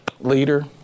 leader